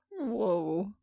Whoa